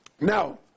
Now